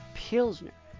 pilsner